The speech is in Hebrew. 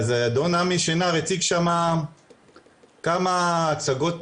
אז אדון עמי שנער הציג שם כמה הצגות תכלית,